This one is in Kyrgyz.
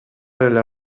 эле